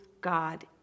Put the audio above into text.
God